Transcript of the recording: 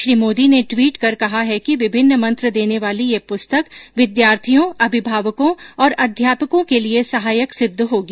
श्री मोदी ने ट्वीट कर कहा है कि विभिन्न मंत्र देने वाली यह पुस्तक विद्यार्थियों अभिभावकों और अध्यापकों के लिए सहायक सिद्ध होगी